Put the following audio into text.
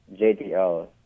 JDL